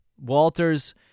Walters